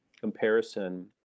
comparison